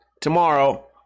tomorrow